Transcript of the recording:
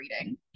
reading